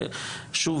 ושוב,